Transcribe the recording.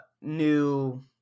new